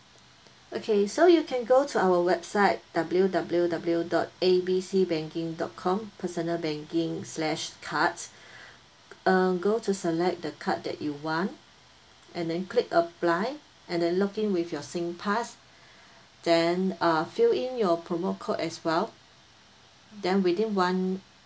okay so you can go to our website W W W dot A B C banking dot com personal banking slash cards uh go to select the card that you want and then click apply and then login with your singpass then uh fill in your promo code as well then within one